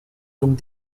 donc